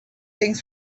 things